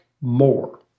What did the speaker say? more